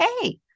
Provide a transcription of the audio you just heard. hey